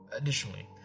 Additionally